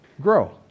grow